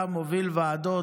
אתה מוביל ועדות,